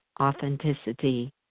authenticity